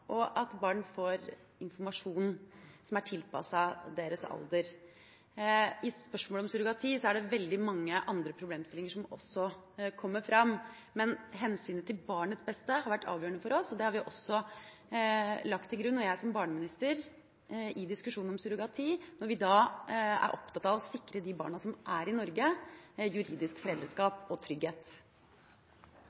og at barn får informasjon som er tilpasset deres alder. I spørsmålet om surrogati er det veldig mange andre problemsstillinger som også kommer fram, men hensynet til barnets beste har vært avgjørende for oss. Det har vi også lagt til grunn – også jeg som barneminister – i diskusjonen om surrogati når vi er opptatt av å sikre de barna som er i Norge, juridisk